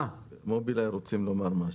מובילאיי רוצים לומר משהו.